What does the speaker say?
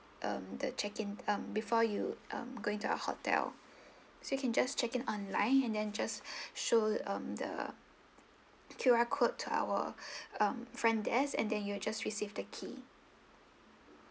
um the check in mm before you um going to a hotel so you can just check in online and then just show um the Q_R code to our um front desk and then you'll just received the key